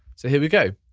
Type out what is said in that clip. so here we go.